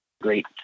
great